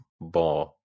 ball